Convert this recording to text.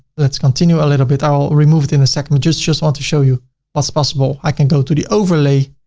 let's continue a little bit. i'll remove it in a second. just just want to show you what's possible. i can go to the overlay,